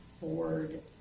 board